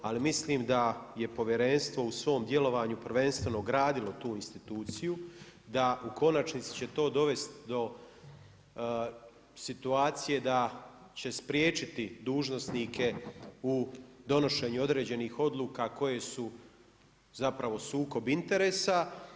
Ali mislim da je povjerenstvo u svom djelovanju prvenstveno gradilo tu instituciju, da u konačnici će to dovesti do situacije da će spriječiti dužnosnike u donošenju određenih odluka koje su zapravo sukob interesa.